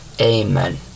Amen